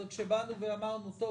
אבל כשבאנו ואמרנו: חברים,